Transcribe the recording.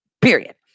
period